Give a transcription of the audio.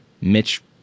Mitch